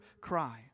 cry